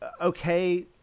okay